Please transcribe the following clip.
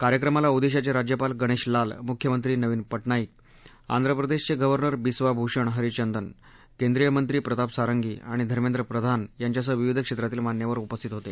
कार्यक्रमाला ओदिशाचे राज्यपाल गणेश लाल मुख्यमंत्री नवीन पटनाईक आंध्रप्रदेशचे गर्व्हनर बिस्वा भूषण हरीचंदन केंद्रीय मंत्री प्रताप सारंगी आणि धर्मेंद्र प्रधान यांच्यासह विविध क्षेत्रातील मान्यवर उपस्थित होते